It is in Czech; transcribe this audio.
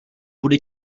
bude